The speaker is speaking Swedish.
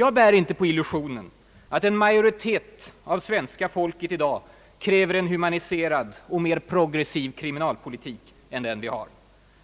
Jag bär inte på illusionen att en majoritet av svenska folket i dag kräver en humaniserad och mer progressiv kriminalpolitik än den vi har.